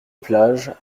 plage